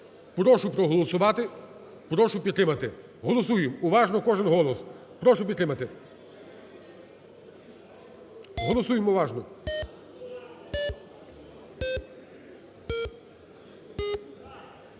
Прошу проголосувати, прошу підтримати, голосуємо уважно кожен голос, прошу підтримати, голосуємо уважно.